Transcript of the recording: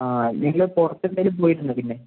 ആ എന്തെങ്കിലും പുറത്ത് എന്തെങ്കിലും പോയിരുന്നോ പിന്നെ